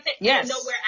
Yes